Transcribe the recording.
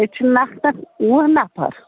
ییٚتہِ چھِ نَفر وُہ نَفر